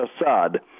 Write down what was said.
Assad